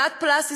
כלת פרס ישראל,